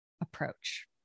approach